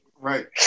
right